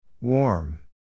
Warm